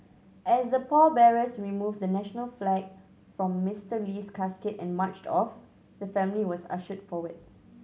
as the pallbearers removed the national flag from Mister Lee's casket and marched off the family was ushered forward